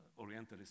orientalist